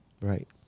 Right